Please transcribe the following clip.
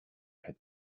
had